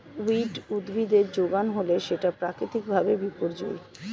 weed উদ্ভিদের যোগান হলে সেটা প্রাকৃতিক ভাবে বিপর্যোজী